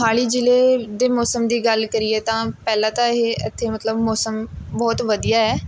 ਮੋਹਾਲੀ ਜ਼ਿਲ੍ਹੇ ਦੇ ਮੌਸਮ ਦੀ ਗੱਲ ਕਰੀਏ ਤਾਂ ਪਹਿਲਾਂ ਤਾਂ ਇਹ ਇੱਥੇ ਮਤਲਬ ਮੌਸਮ ਬਹੁਤ ਵਧੀਆ ਹੈ